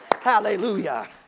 Hallelujah